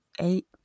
eight